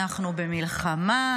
אנחנו במלחמה,